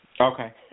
Okay